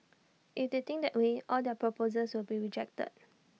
if they think that way all their proposals will be rejected